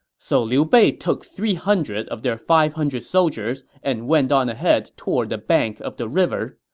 so liu bei took three hundred of their five hundred soldiers and went on ahead toward the bank of the river.